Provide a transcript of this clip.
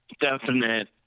definite